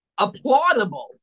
applaudable